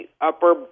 upper